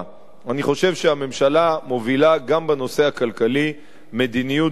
אני חושב שהממשלה מובילה גם בנושא הכלכלי מדיניות זהירה,